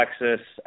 Alexis